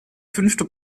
fünfte